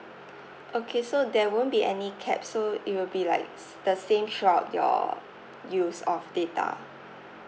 okay so there won't be any cap so it will be like s~ the same throughout your use of data